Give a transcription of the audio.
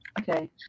Okay